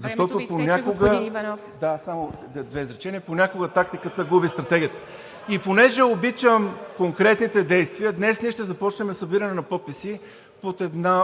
ГЕРБ.) Понякога тактиката губи стратегията. Понеже обичаме конкретните действия, днес ще започнем събиране на подписи под